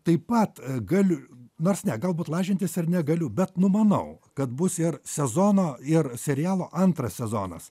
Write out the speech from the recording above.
taip pat galiu nors ne galbūt lažintis ir negaliu bet numanau kad bus ir sezono ir serialo antras sezonas